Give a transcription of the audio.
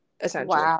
essentially